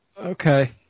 okay